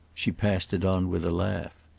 she passed it on with a laugh.